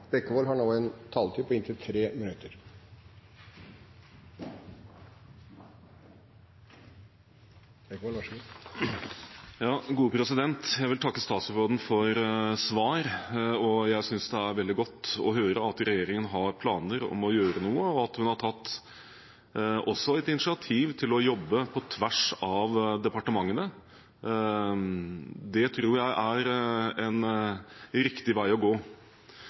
veldig godt å høre at regjeringen har planer om å gjøre noe, og at hun også har tatt et initiativ til å jobbe på tvers av departementene. Det tror jeg er en riktig vei å gå.